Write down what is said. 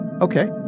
Okay